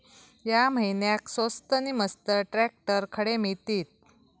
या महिन्याक स्वस्त नी मस्त ट्रॅक्टर खडे मिळतीत?